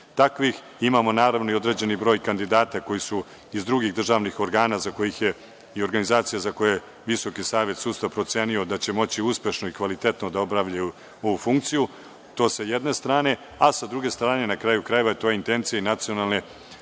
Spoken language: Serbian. takvih. Imamo i određeni broj kandidata koji su iz drugih državnih organa, iza kojih je organizacija za koje je Visoki savet sudstva procenio da će moći uspešno i kvalitetno da obavljaju ovu funkciju. To je sa jedne strane, a sa druge strane, na kraju krajeva, to je intencija i Nacionalne strategije